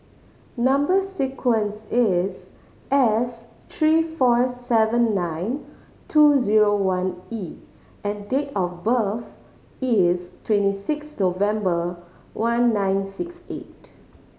number sequence is S three four seven nine two zero one E and date of birth is twenty six November one nine six eight